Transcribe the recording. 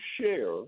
share